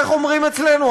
איך אומרים אצלנו?